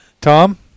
Tom